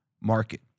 market